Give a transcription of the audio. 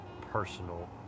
personal